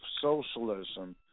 socialism